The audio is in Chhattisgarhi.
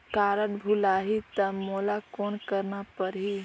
कारड भुलाही ता मोला कौन करना परही?